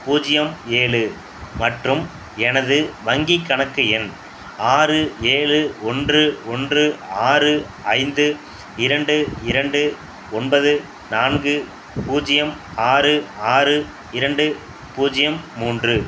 பூஜ்யம் ஏழு மற்றும் எனது வங்கி கணக்கு எண் ஆறு ஏழு ஒன்று ஒன்று ஆறு ஐந்து இரண்டு இரண்டு ஒன்பது நான்கு பூஜ்யம் ஆறு ஆறு இரண்டு பூஜ்யம் மூன்று